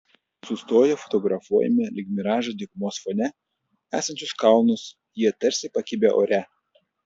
sustoję fotografuojame lyg miražą dykumos fone esančius kalnus jie tarsi pakibę ore